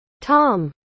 Tom